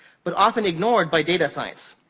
but often ignored by data science,